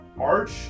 Arch